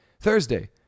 Thursday